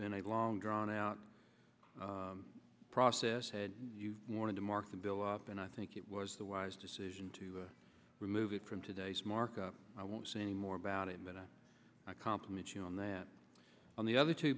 been a long drawn out process had you wanted to mark the bill up and i think it was the wise decision to remove it from today's markup i won't say any more about it but i compliment you on that on the other two